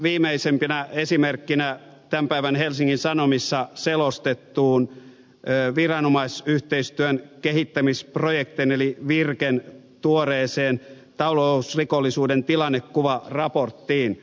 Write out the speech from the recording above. viittaan viimeisimpänä esimerkkinä tämän päivän helsingin sanomissa selostettuun viranomaisyhteistyön kehittämisprojektin eli virken tuoreeseen talousrikollisuuden tilannekuvaraporttiin